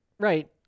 Right